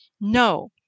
No